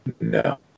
No